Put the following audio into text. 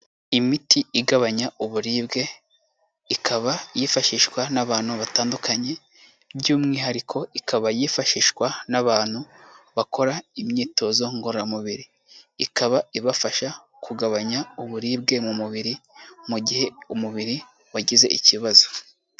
Imiti igabanya uburibwe, ikaba yifashishwa n'abantu batandukanye, by'umwihariko ikaba yifashishwa n'abantu bakora imyitozo ngororamubiri. Ikaba ibafasha kugabanya uburibwe mu mubiri, mu gihe umubiri wagize ikibazo.